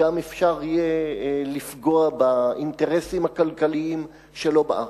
וגם אפשר יהיה לפגוע באינטרסים הכלכליים שלו בארץ.